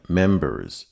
members